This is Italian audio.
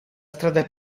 strada